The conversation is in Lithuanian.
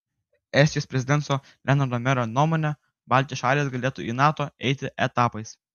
estijos prezidento lenardo merio nuomone baltijos šalys galėtų į nato eiti etapais